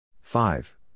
Five